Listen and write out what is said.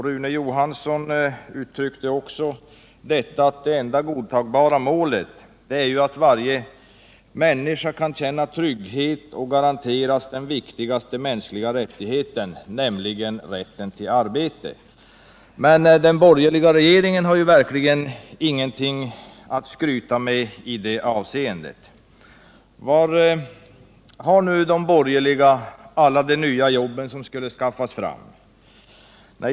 Rune Johansson framhöll också att det enda godtagbara målet för sysselsättningspolitiken är att varje människa kan känna trygghet och garanteras den viktigaste mänskliga rättigheten, nämligen rätten till arbete. Den borgerliga regeringen har verkligen ingenting att skryta med i det avseendet. Var har nu de borgerliga alla de nya jobb som skulle skaffas fram?